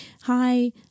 hi